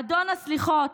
אדון הסליחות,